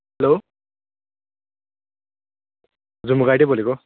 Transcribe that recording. हलो हजुर म गाइडै बोलेको